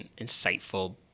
insightful